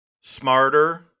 smarter